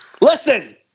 Listen